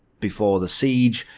before the siege,